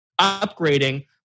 upgrading